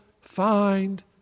find